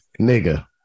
Nigga